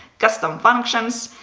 custom functions.